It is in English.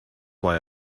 why